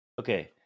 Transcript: Okay